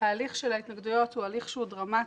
ההליך של ההתנגדויות הוא הליך דרמטי,